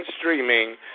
streaming